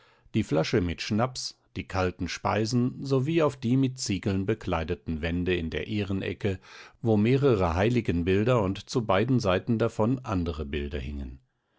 die flasche mit schnaps die kalten speisen sowie auf die mit ziegeln bekleideten wände in der ehrenecke wo mehrere heiligenbilder und zu beiden seiten davon andere bilder hingen